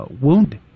wounded